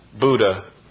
Buddha